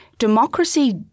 democracy